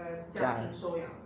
家人